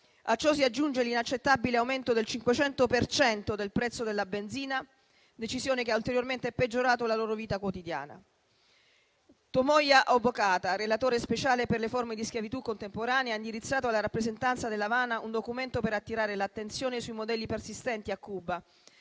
A ciò si aggiunge l'inaccettabile aumento del 500 per cento del prezzo della benzina, decisione che ha ulteriormente peggiorato la loro vita quotidiana. Tomoya Obokata, relatore speciale per le forme di schiavitù contemporanee, ha indirizzato alla rappresentanza dell'Avana un documento per attirare l'attenzione sui modelli persistenti a Cuba,